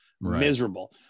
miserable